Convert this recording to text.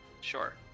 sure